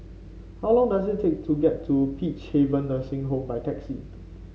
how long does it take to get to Peacehaven Nursing Home by taxi